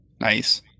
Nice